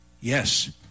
Yes